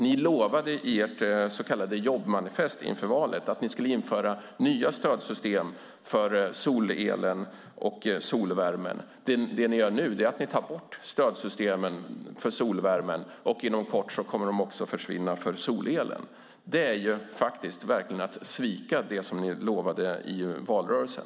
Ni lovade i ert så kallade jobbmanifest inför valet att ni skulle införa nya stödsystem för solelen och solvärmen. Det ni gör nu är att ta bort stödsystemen för solvärmen. Inom kort kommer de också att försvinna för solelen. Det är att svika vad ni lovade i valrörelsen.